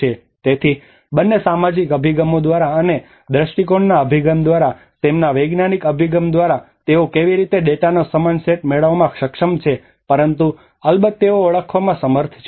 તેથી બંને સામાજિક અભિગમો દ્વારા અને દ્રષ્ટિકોણના અભિગમ દ્વારા અને તેમના વૈજ્ઞાનિક અભિગમો દ્વારા તેઓ કેવી રીતે ડેટાનો સમાન સેટ મેળવવામાં સક્ષમ છે પરંતુ અલબત્ત તેઓ ઓળખવામાં સમર્થ છે